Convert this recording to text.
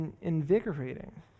invigorating